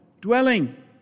dwelling